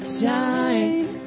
shine